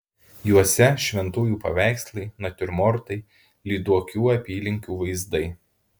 juose šventųjų paveikslai natiurmortai lyduokių apylinkių vaizdai